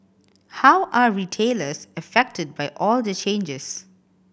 how are retailers affected by all the changes